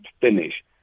finish